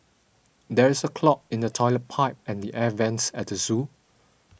there is a clog in the Toilet Pipe and the Air Vents at the zoo